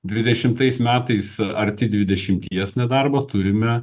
dvidešimtais metais arti dvidešimties nedarbo turime